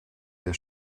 der